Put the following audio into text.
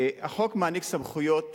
החוק מעניק סמכויות